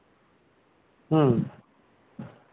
ᱦᱮᱸ